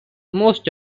most